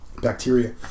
bacteria